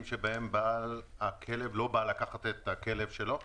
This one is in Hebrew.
שבהם בעל הכלב לא בא לקחת את הכלב שלו.